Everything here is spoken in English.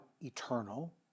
eternal